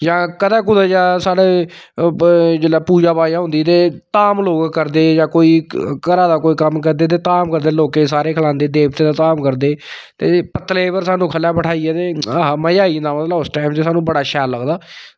जां घर कोल गै साढ़े जेल्लै पूजा होंदी ते धाम लोग करदे जां कोई घरा दा कम्म करदे धाम कोई लोकें दे सारें ई खलांदे देवतें दे धाम कोई करदे एह् पत्तल पर स्हानू थल्ले बैठाइयै एह् स्हानू मज़ा आई जंदा ते एह् स्हानू बड़ा शैल लगदा